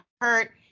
hurt